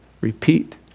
repeat